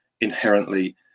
inherently